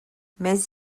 mais